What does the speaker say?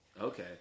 okay